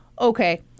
okay